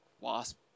Wasp